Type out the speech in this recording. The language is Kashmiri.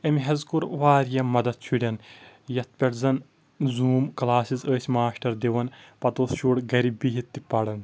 أمی حظ کوٚر واریاہ مدھ شُرٮ۪ن یتھ پٮ۪ٹھ زن زوٗم کلاسِز ٲسۍ ماشٹر دِوان پتہٕ اوس شُر گرِ بِہِتھ تہِ پران